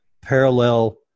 parallel